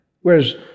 Whereas